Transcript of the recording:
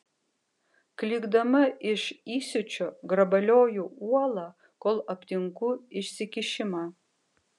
klykdama iš įsiūčio grabalioju uolą kol aptinku išsikišimą